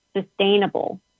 sustainable